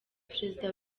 perezida